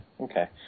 okay